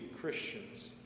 Christians